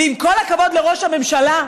עם כל הכבוד לראש הממשלה,